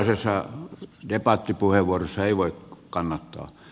tällaisessa debattipuheenvuorossa ei voi kannattaa